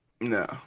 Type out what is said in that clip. No